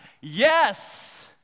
yes